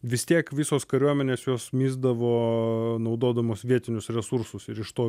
vis tiek visos kariuomenės jos misdavo naudodamos vietinius resursus ir iš to